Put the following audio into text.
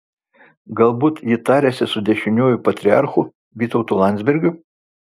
galbūt ji tariasi su dešiniųjų patriarchu vytautu landsbergiu